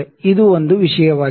ಇದು ಒಂದು ವಿಷಯವಾಗಿತ್ತು